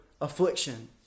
affliction